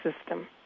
system